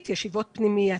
פנימייתית, ישיבות פנימייתיות,